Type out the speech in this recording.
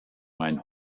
mein